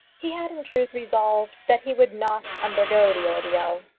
he had in truth resolved that he would not undergo the ordeal.